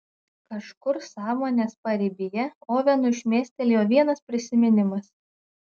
kažkur sąmonės paribyje ovenui šmėstelėjo vienas prisiminimas